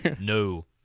No